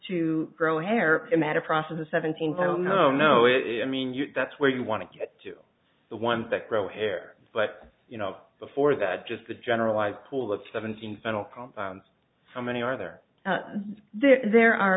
to grow hair in matter process the seventeenth i don't know know if i mean that's where you want to to get the ones that grow hair but you know before that just a generalized pool of seventeen final compounds how many are there are there there are